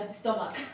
stomach